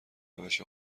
روش